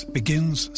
begins